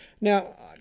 Now